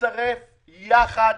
להצטרף יחד